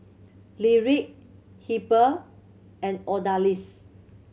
Lyric Heber and Odalys